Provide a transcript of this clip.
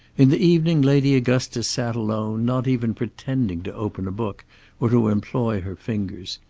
in the evening lady augustus sat alone, not even pretending to open a book or to employ her fingers.